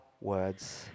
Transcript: words